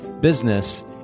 business